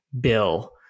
bill